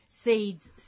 seeds